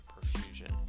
perfusion